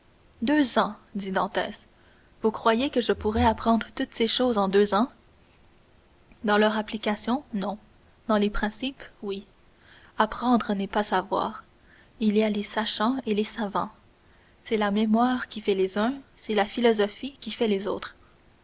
deux ans dit dantès vous croyez que je pourrais apprendre toutes ces choses en deux ans dans leur application non dans leurs principes oui apprendre n'est pas savoir il y a les sachants et les savants c'est la mémoire qui fait les uns c'est la philosophie qui fait les autres